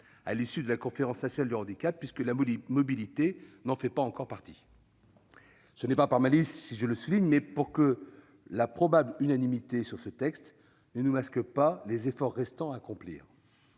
à l'issue de la Conférence nationale du handicap, puisque la mobilité n'en fait pas partie ... Je le souligne non pas par malice, mais pour que la probable unanimité sur ce texte ne nous masque pas les efforts qui restent à accomplir.